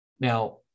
Now